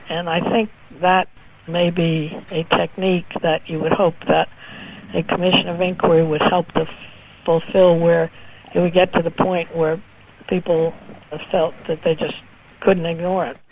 and i think that may be a technique that you would hope that a commission of inquiry would help us fulfil where it would get to the point where people felt that they just couldn't ignore it.